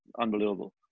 unbelievable